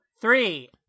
three